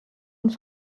und